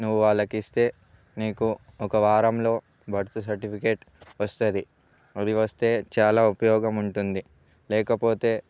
నువ్వు వాళ్ళకి ఇస్తే నీకు ఒక వారంలో బర్త్ సర్టిఫికేట్ వస్తుంది అది వస్తే చాలా ఉపయోగం ఉంటుంది లేకపోతే